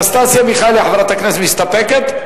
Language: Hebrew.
אנסטסיה מיכאלי, חברת הכנסת, מסתפקת?